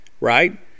right